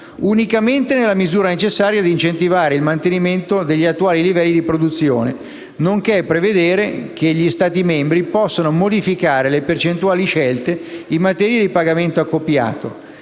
unicamente nella misura necessaria ad incentivare il mantenimento degli attuali livelli di produzione, nonché prevedere che gli Stati membri possano modificare le precedenti scelte in materia di pagamento accoppiato,